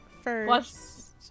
first